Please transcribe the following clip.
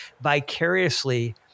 vicariously